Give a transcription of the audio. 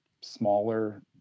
smaller